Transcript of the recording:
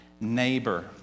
neighbor